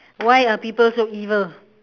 why are people so evil